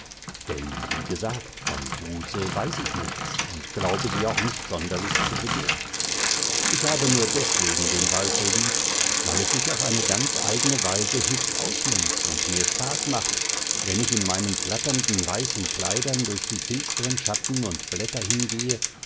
denn wie gesagt von buße weiß ich nichts und glaube sie auch nicht sonderlich zu bedürfen ich habe nur deswegen den wald so lieb weil es sich auf eine ganz eigne weise hübsch ausnimmt und mir spaß macht wenn ich in meinen flatternden weißen kleidern durch die finstern schatten und blätter hingehe